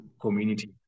community